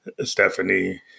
Stephanie